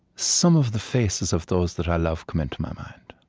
some of the faces of those that i love come into my mind.